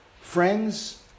friends